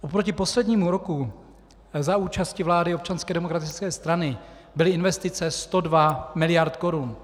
Oproti poslednímu roku za účasti vlády Občanské demokratické strany byly investice 102 mld. Kč.